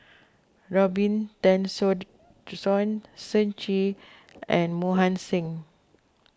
Robin Tessensohn Shen Xi and Mohan Singh